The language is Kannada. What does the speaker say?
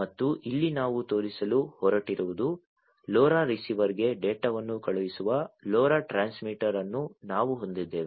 ಮತ್ತು ಇಲ್ಲಿ ನಾವು ತೋರಿಸಲು ಹೊರಟಿರುವುದು LoRa ರಿಸೀವರ್ಗೆ ಡೇಟಾವನ್ನು ಕಳುಹಿಸುವ LoRa ಟ್ರಾನ್ಸ್ಮಿಟರ್ ಅನ್ನು ನಾವು ಹೊಂದಿದ್ದೇವೆ